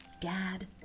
Gad